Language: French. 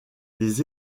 des